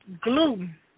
gluten